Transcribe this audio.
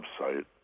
website